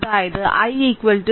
അതായത് i 0